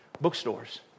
bookstores